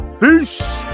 Peace